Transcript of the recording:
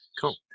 Cool